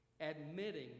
Admitting